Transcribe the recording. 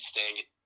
State